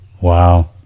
Wow